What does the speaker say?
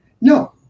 No